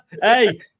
Hey